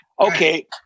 Okay